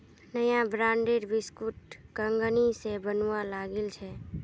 नया ब्रांडेर बिस्कुट कंगनी स बनवा लागिल छ